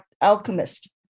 alchemist